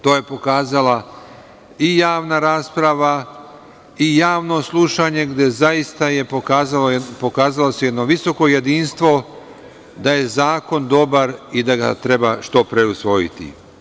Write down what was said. To je pokazala i javna rasprava i javno slušanje, gde je zaista pokazalo se jedno visoko jedinstvo da je zakon dobar i da ga treba što pre usvojiti.